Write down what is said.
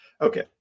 okay